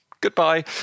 goodbye